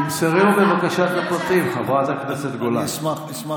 תמסרי לו בבקשה את המסמכים, חברת הכנסת גולן.